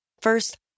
First